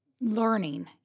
learning